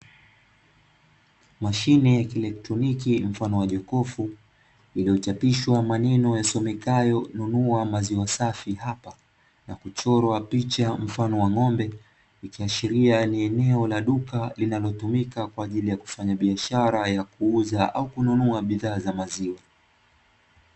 Mashine ya kielotroniki mfano wa jokofu iliyochapishwa maneno yasomekayo nunua maziwa safi hapa na kuchorwa picha mfano wa ng'ombe, ikiashiria ni eneo la duka linalotumika kwa ajili ya kufanyabiashara ya kuuza au kununua bidhaa za maziwa.